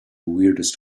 weirdest